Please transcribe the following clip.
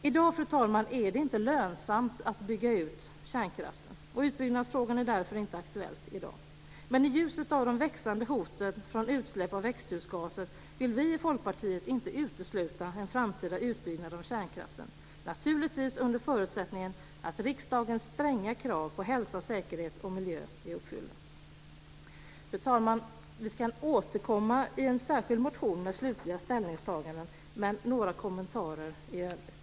I dag är det inte lönsamt att bygga ut kärnkraften. Utbyggnadsfrågan är därför inte aktuell i dag. Men i ljuset av de växande hoten från utsläpp av växthusgaser vill vi i Folkpartiet inte utesluta en framtida utbyggnad av kärnkraften - naturligtvis under förutsättning att riksdagens stränga krav på hälsa, säkerhet och miljö är uppfyllda. Fru talman! Vi ska återkomma i en särskild motion med slutliga ställningstaganden, men jag vill ändå göra några kommentarer i övrigt.